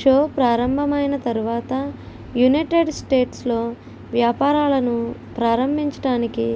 show ప్రారంభమైన తర్వాత united స్టేట్స్లో వ్యాపారాలను ప్రారంభించటానికి